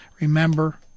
remember